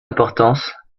importance